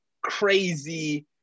crazy